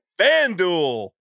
FanDuel